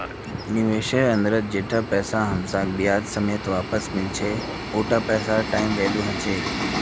निवेशेर अंतत जैता पैसा हमसाक ब्याज समेत वापस मिलो छेक उता पैसार टाइम वैल्यू ह छेक